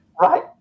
Right